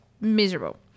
miserable